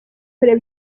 kureba